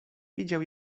widział